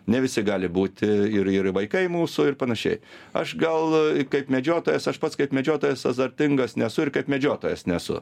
ne visi gali būti ir ir vaikai mūsų ir panašiai aš gal kaip medžiotojas aš pats kaip medžiotojas azartingas nesu ir kaip medžiotojas nesu